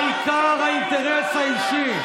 העיקר האינטרס האישי.